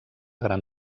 gran